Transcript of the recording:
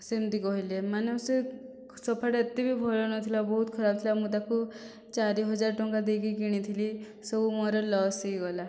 ସେମତି କହିଲେ ମାନେ ସିଏ ସୋଫାଟା ଏତେବି ଭଲ ନଥିଲା ବହୁତ ଖରାପ ଥିଲା ମୁଁ ତାକୁ ଚାରିହାଜର ଟଙ୍କା ଦେଇକି କିଣିଥିଲି ସବୁ ମୋର ଲସ୍ ହୋଇଗଲା